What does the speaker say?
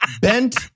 bent